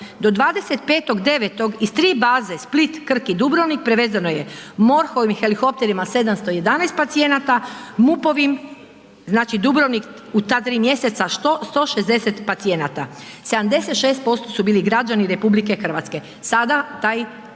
do 25.9. iz tri baze Split, Krk i Dubrovnik prevezeno je MORH-ovim helikopterima 711 pacijenata, MUP-ovim znači Dubrovnik u ta 3 mjeseca 160 pacijenata, 76% su bili građani RH. Sada taj